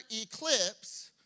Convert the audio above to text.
eclipse